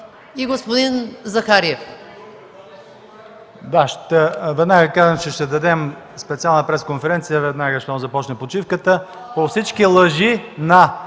и господин Захариев.